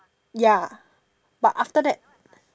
ya but after that